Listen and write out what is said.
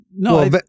No